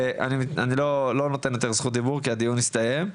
אני לא נותן יותר זכות דיבור כי הדיון הסתיים,